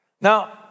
Now